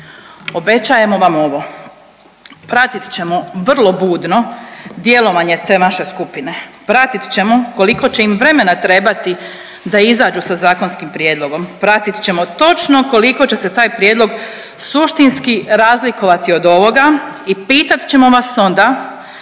Obećajemo vam ovo, prati ćemo vrlo budno djelovanje te vaše skupine, pratit ćemo koliko će im vremena trebati da izađu sa zakonskim prijedlogom, pratit ćemo točno koliko će se taj prijedlog suštinski razlikovati od ovoga i pitat ćemo vas onda